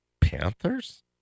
Panthers